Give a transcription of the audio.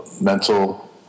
mental